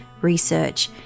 research